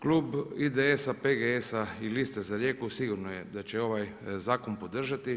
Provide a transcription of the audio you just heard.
Klub IDS-a, PGS-a i Liste za Rijeku sigurno je da će ovaj zakon podržati.